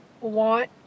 want